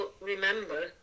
remember